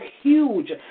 huge